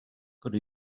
could